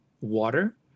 water